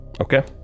Okay